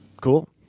cool